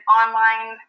online